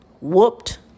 whooped